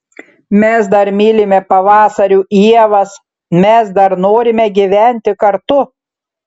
mes dar mylime pavasarių ievas mes dar norime gyventi kartu